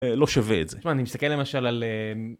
לא שווה את זה אני מסתכל למשל על.